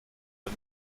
der